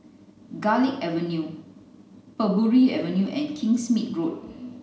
Garlick Avenue Parbury Avenue and Kingsmead Road